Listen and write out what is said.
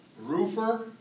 roofer